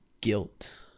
guilt